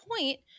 point